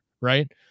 right